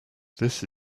this